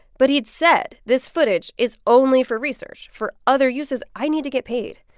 but he'd said this footage is only for research. for other uses, i need to get paid.